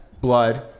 blood